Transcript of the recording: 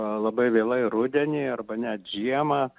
labai vėlai rudenį arba net žiemą